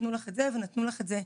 נתנו לך את זה ונתנו לך את זה..".